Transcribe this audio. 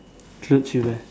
clothes you buy